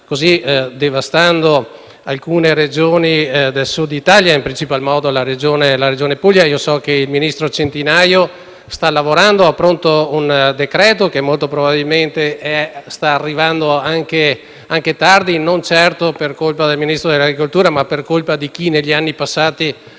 sta devastando alcune Regioni del Sud Italia, in principal modo la Regione Puglia. So che il ministro Centinaio sta lavorando e ha pronto un decreto, che molto probabilmente arriverà tardi, non certo per colpa del Ministro dell'agricoltura, ma per colpa di chi, negli anni passati,